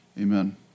Amen